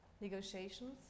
negotiations